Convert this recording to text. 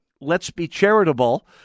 let's-be-charitable